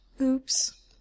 Oops